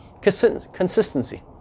consistency